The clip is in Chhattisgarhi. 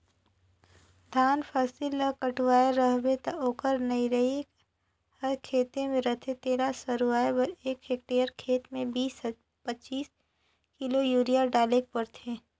धान फसिल ल कटुवाए रहबे ता ओकर नरई हर खेते में रहथे तेला सरूवाए बर एक हेक्टेयर खेत में बीस पचीस किलो यूरिया डालेक परथे